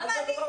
מה זה הדבר הזה?